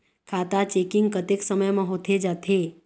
खाता चेकिंग कतेक समय म होथे जाथे?